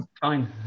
fine